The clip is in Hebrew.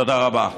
תודה רבה.